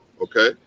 Okay